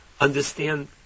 understand